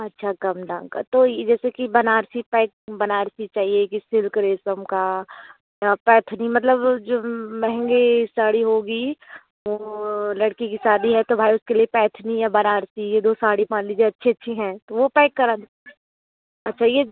अच्छा कम दाम का तो ये जैसे कि बनारसी टाइप बनारसी चाहिए कि सिल्क रेशम का या पैथिनी मतलब जो महँगी साड़ी होगी वो लड़की की शादी है तो भाई उसके लिए पैथिनी या बनारसी ये दो साड़ी मान लीजिए अच्छी अच्छी हैं तो वो पैक करा दें अच्छा ये